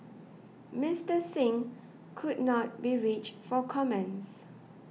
Mister Singh could not be reached for comment